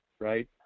right